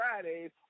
Fridays